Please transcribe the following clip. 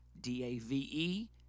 D-A-V-E